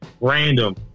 random